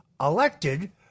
elected